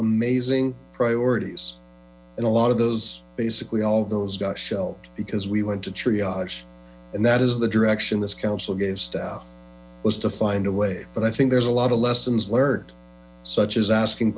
amazing priorities and a lot of those basically all of those got shelved because we went to and that is the direction this council gave staff was to find a way but i think there's a lot lessons learned such as asking